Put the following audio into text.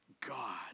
God